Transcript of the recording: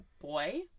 boy